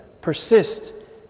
Persist